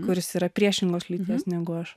kuris yra priešingos lyties negu aš